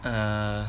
err